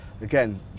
again